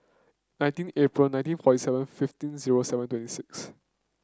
nineteen April nineteen forty seven fifteen zero seven twenty six